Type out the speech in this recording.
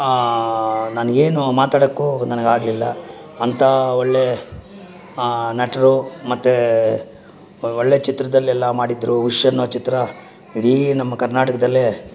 ನಾನು ಏನು ಮಾತಾಡಕ್ಕೂ ನನ್ಗೆ ಆಗಲಿಲ್ಲ ಅಂಥ ಒಳ್ಳೆ ನಟರು ಮತ್ತೆ ಒಳ್ಳೆ ಚಿತ್ರದಲ್ಲೆಲ್ಲ ಮಾಡಿದ್ದರು ಶ್ ಅನ್ನೋ ಚಿತ್ರ ಇಡೀ ನಮ್ಮ ಕರ್ನಾಟಕದಲ್ಲೇ